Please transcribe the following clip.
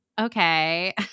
Okay